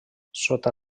sota